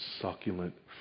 succulent